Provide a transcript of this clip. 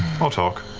i'll talk.